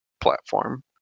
platform